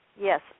yes